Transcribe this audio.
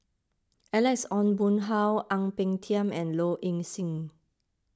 Alex Ong Boon Hau Ang Peng Tiam and Low Ing Sing